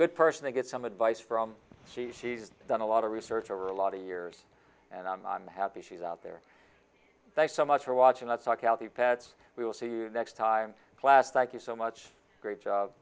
good person to get some advice from she she's done a lot of research for a lot of years and i'm happy she's out there thanks so much for watching lets talk out the pats we will see you next time class thank you so much great job